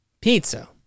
pizza